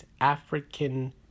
African